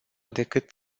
decât